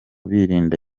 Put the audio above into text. birinda